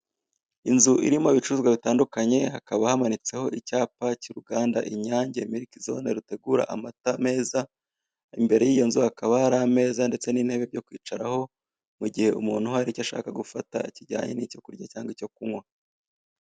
Inzu irimo ibicuruzwa bitandukanye, hakaba hamanitseho icyapa cy'uruganda Inyange milkzone, rutegura amata meza, imbere y'iyo nzu hakaba hari ameza ndetse n'intebe byo kwicaraho mu gihe umuntu hari icyo ashaka gufata, kijyanye n'icyo kurya cyangwa icyo kunywa.